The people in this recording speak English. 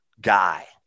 guy